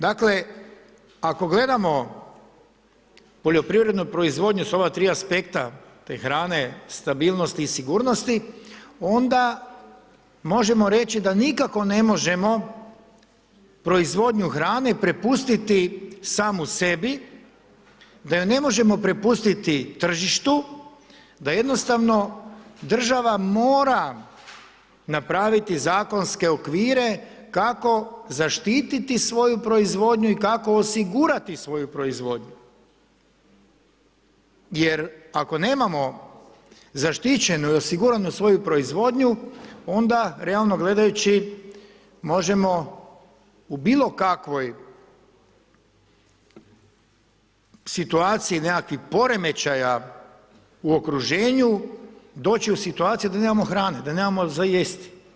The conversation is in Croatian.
Dakle, ako gledamo poljoprivrednu proizvodnju sa ova tri aspekta te hrane, stabilnosti i sigurnosti onda možemo reći da nikako ne možemo proizvodnju hrane prepustiti samu sebi, da ju ne možemo prepustiti tržištu, da jednostavno mora napraviti zakonske okvire kako zaštiti svoju proizvodnju i kako osigurati svoju proizvodnju, jer ako nemamo zaštićenu i osiguranu svoju proizvodnju onda realno gledajući možemo u bilo kakvoj situaciji nekakvih poremećaja u okruženju doći u situaciju da nemamo hrane, da nemamo za jesti.